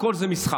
הכול זה משחק.